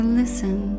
listen